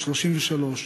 בת 33,